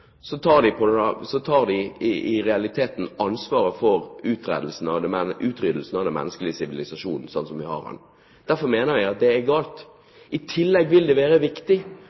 tar de i realiteten ansvaret for utryddelsen av den menneskelige sivilisasjon slik den er. Derfor mener jeg at det er galt. I tillegg vil det være viktig